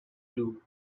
blue